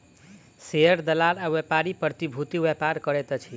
share दलाल आ व्यापारी प्रतिभूतिक व्यापार करैत अछि